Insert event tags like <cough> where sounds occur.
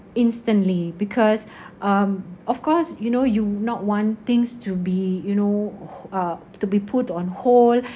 instantly because <breath> um of course you know you not want things to be you know ho~ uh to be put on hold